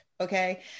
okay